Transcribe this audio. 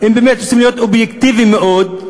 אם באמת רוצים להיות אובייקטיביים מאוד,